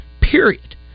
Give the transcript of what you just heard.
Period